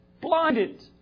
Blinded